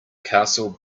castle